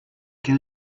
can